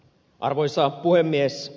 arvoisa puhemies